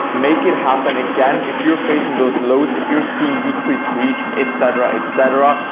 make it happen again if you're facing those lows, if you're seeing decreased reach etc. etc.